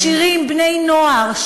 ומכשירים בני-נוער,